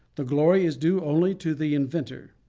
the glory is due only to the inventor.